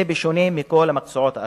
זה בשונה מכל המקצועות האחרים.